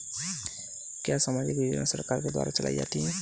क्या सामाजिक योजनाएँ सरकार के द्वारा चलाई जाती हैं?